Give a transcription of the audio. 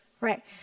Right